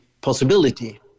possibility